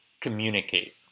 communicate